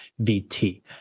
VT